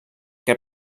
que